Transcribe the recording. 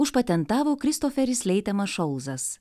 užpatentavo kristoferis leitemas šolzas